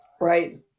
Right